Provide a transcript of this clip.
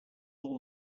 all